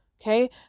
Okay